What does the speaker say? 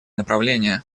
направления